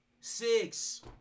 Six